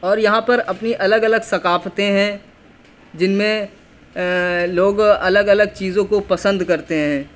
اور یہاں پر اپنی الگ الگ ثقافتیں ہیں جن میں لوگ الگ الگ چیزوں کو پسند کرتے ہیں